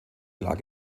lag